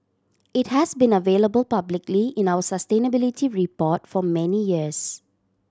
it has been available publicly in our sustainability report for many years